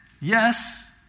yes